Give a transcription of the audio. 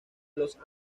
los